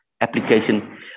application